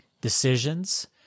decisions